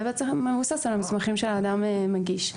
זה יהיה מבוסס על המסמכים שהאדם מגיש.